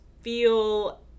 feel